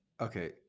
okay